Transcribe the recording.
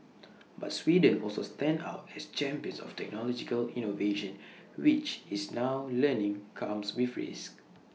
but Sweden also stands out as A champion of technological innovation which it's now learning comes with risks